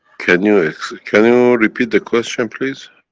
can you ex, can you repeat the question please?